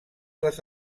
les